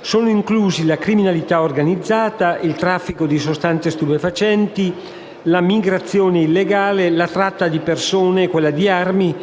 sono inclusi la criminalità organizzata, il traffico di sostanze stupefacenti, la migrazione illegale, la tratta di persone e quella di armi,